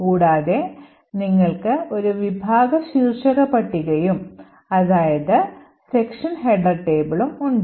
കൂടാതെ നിങ്ങൾക്ക് ഒരു വിഭാഗ ശീർഷക പട്ടികയും ഉണ്ട്